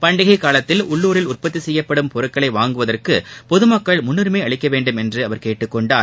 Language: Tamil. பண்டிகைக் காலத்தில் உள்ளுரில் உற்பத்திச் செய்யப்படும் பொருட்களை வாங்குவதற்கு பொதுமக்கள் முன்னுரிமை அளிக்க வேண்டும் என்று அவர் கேட்டுக்கொண்டார்